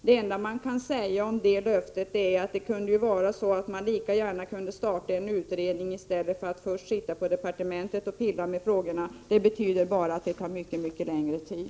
Det enda jag vill säga om det löftet är att man lika gärna kunde starta en utredning omedelbart. Att först sitta på departementet och pilla med frågorna betyder bara att det tar mycket, mycket längre tid.